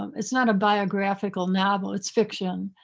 um it's not a biographical novel, it's fiction.